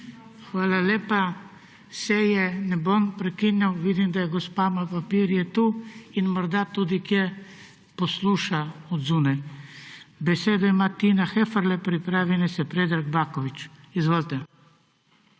Hvala lepa. Seje ne bom prekinjal. Vidim, da je gospa, ima papirje tu. In morda tudi kje posluša od zunaj. Besedo ima Tina Heferle, pripravi naj se Predrag Baković. Izvolite.